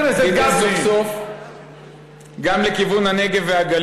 גם גפני על החשבון שלי?